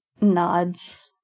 nods